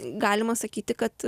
galima sakyti kad